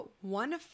one